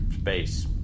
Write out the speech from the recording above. space